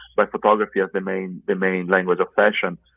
like photography of the main the main language of fashion.